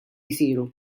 jsiru